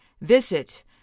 Visit